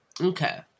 Okay